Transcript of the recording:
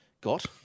got